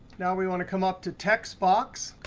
now we want to come up to textbox.